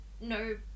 no